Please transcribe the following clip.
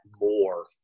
more